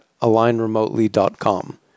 alignremotely.com